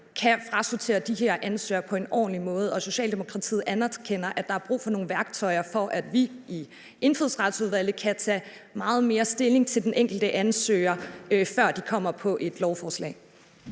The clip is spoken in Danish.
kan frasortere de her ansøgere på en ordentlig måde, og Socialdemokratiet anerkender, at der er brug for nogle værktøjer, for at vi i Indfødsretsudvalget kan tage meget mere stilling til den enkelte ansøger, før ansøgeren kommer på et lovforslag.